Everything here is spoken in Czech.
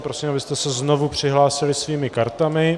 Prosím, abyste se znovu přihlásili svými kartami.